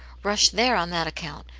rush there on that account,